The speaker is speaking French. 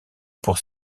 pour